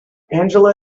angela